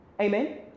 amen